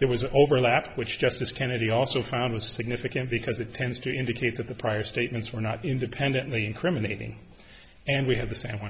there was overlap which justice kennedy also found was significant because it tends to indicate that the prior statements were not independently incriminating and we had the same